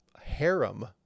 harem